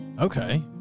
Okay